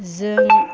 जों